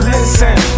Listen